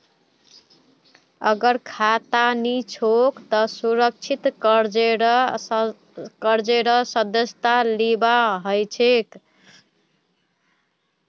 अगर खाता नी छोक त सुरक्षित कर्जेर सदस्यता लिबा हछेक